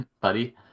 buddy